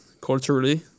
culturally